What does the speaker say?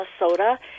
Minnesota